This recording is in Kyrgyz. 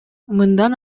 мындан